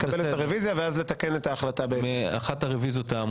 לקבל את הרביזיה ואז לתקן את ההחלטה בהתאם.